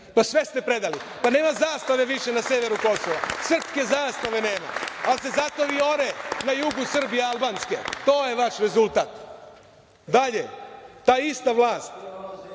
Pa, sve ste predali. Pa, nema zastave više na severu Kosova, srpske zastave nema, ali se zato vijore na jugu Srbije albanske. To je vaš rezultat. Dalje, ta ista vlast